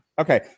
Okay